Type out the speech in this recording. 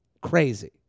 crazy